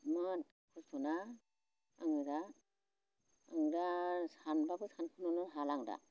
इमान खस्थ'ना आङो दा आं दा सानबाबो सानख'नोनो हाला आं दा